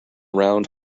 round